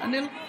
אדוני